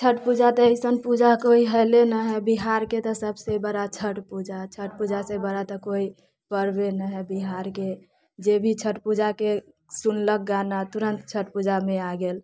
छठि पूजा तऽ अइसन पूजा कोइ छैहे नहि बिहारके तऽ सभ से बड़ा छठि पूजा है छठि पूजा से बड़ा तऽ कोइ परबे नहि है बिहारके जे भी छठई पूजाके सुनलक गाना तुरन्त छठि पूजामे आ गेल